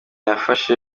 yafashe